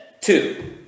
two